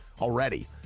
already